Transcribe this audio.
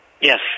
Yes